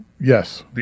Yes